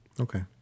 Okay